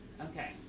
Okay